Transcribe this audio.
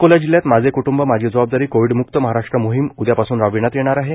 अकोला जिल्ह्यात माझे कृट्ंब माझी जबाबदारी कोविडमुक्त महाराष्ट्र मोहीम उद्यापासून राबवण्यात येणार आहे